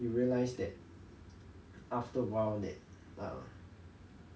you realise that after awhile then err